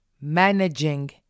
Managing